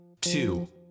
two